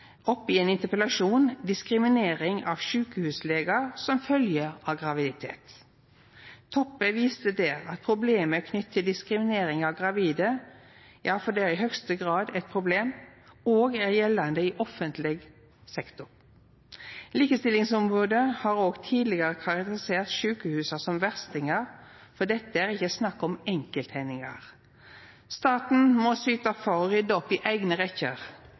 opp i ein interpellasjon diskriminering av sjukehuslegar som følgje av graviditet. Toppe viste der at problemet knytt til diskriminering av gravide – ja, for det er i høgste grad eit problem – òg er gjeldande i offentleg sektor. Likestillingsombodet har òg tidlegare karakterisert sjukehusa som verstingar, for her er det ikkje snakk om enkelthendingar. Staten må syta for å rydda opp i eigne rekkjer.